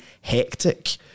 hectic